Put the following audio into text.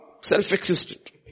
Self-existent